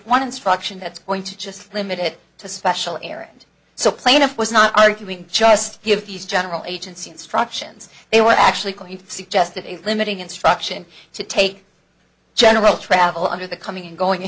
one instruction that's going to just limit it to special area and so plaintiff was not arguing just give these general agency instructions they were actually suggested a limiting instruction to take general travel under the coming and going